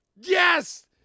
Yes